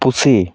ᱯᱩᱥᱤ